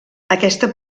aquesta